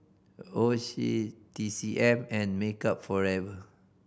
Oishi T C M and Makeup Forever